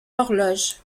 horloge